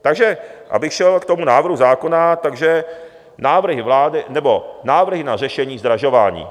Takže abych šel k tomu návrhu zákona, návrhy vlády... nebo návrhy na řešení zdražování.